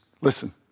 listen